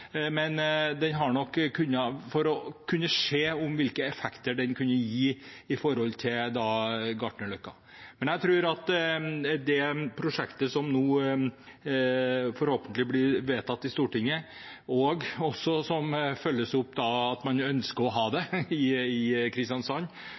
for å se hvilke effekter den kunne gi sett i forhold til Gartnerløkka. Men jeg tror at det prosjektet som nå forhåpentligvis blir vedtatt i Stortinget, og som også følges opp ved at man ønsker å ha